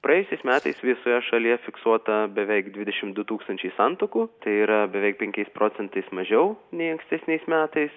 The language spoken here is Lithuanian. praėjusiais metais visoje šalyje fiksuota beveik dvidešimt du tūkstančiai santuokų tai yra beveik penkiais procentais mažiau nei ankstesniais metais